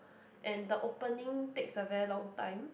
and the opening takes a very long time